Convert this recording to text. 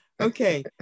okay